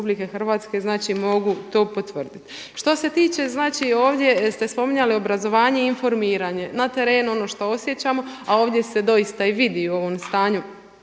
znači mogu to potvrditi. Što se tiče znači ovdje ste spominjali obrazovanje i informiranje. Na terenu ono što osjećamo, a ovdje se doista i vidi u ovom stanju